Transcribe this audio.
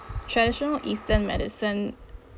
traditional eastern medicine